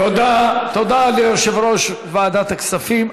תודה ליושב-ראש ועדת הכספים.